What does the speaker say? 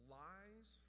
lies